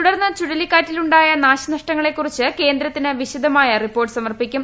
തുടർന്ന് ചുഴിലിക്കാറ്റിലുണ്ടായ നാശനഷ്ടങ്ങളെക്കുറിച്ച് കേന്ദ്രത്തിന് വിശദമായ റിപ്പോർട്ട് സമർപ്പിക്കും